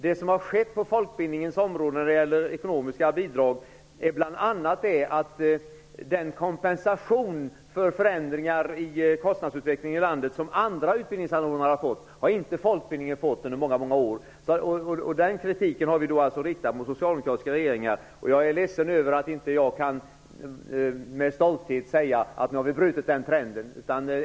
Det som har skett på folkbildningens område när det gäller ekonomiska bidrag är bl.a. att den kompensation för förändringar i kostnadsutvecklingen i landet som andra utbildningsanordnare har fått har inte folkbildningen fått under många år. Den kritiken har vi riktat mot socialdemokratiska regeringar. Jag är ledsen över att jag inte med stolthet kan säga att vi har brutit den trenden.